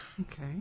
Okay